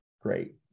great